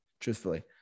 truthfully